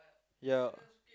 ya